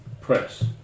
press